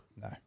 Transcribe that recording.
No